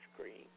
cream